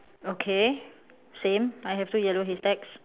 okay same I have two yellow haystacks